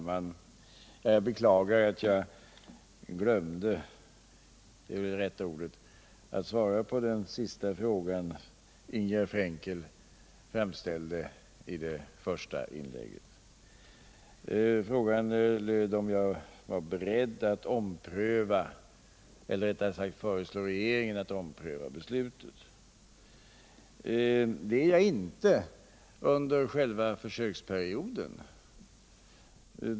Herr talman! Jag beklagar att jag glömde — det är väl rätta ordet — att svara på den sista frågan som Ingegärd Frenkel framställde i sitt första inlägg. Frågan var om jag var beredd att föreslå regeringen att ompröva beslutet. Det är jag inte, under själva försöksperioden.